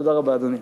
תודה רבה, אדוני.